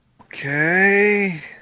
Okay